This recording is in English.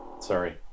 Sorry